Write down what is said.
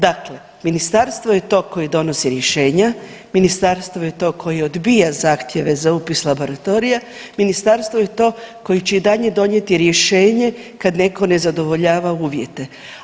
Dakle, ministarstvo je to koje donosi rješenja, ministarstvo je to koje odbija zahtjeve za upis laboratorija, ministarstvo je to koje će i dalje donijeti rješenje kad neko ne zadovoljava uvjete.